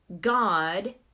God